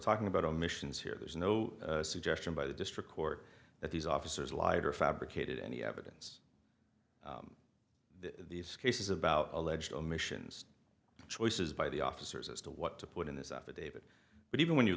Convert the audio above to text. talking about omissions here there's no suggestion by the district court that these officers lied or fabricated any evidence of these cases about alleged omissions choices by the officers as to what to put in this affidavit but even when you